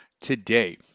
today